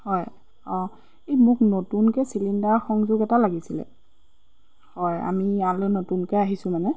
হয় অঁ এই মোক নতুনকে চিলিণ্ডাৰ সংযোগ এটা লাগিছিলে হয় আমি ইয়ালৈ নতুনকে আহিছোঁ মানে